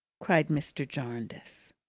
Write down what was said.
cried mr. jarndyce.